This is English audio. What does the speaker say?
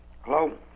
Hello